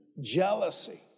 jealousy